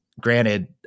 granted